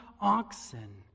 oxen